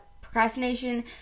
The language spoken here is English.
procrastination